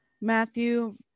Matthew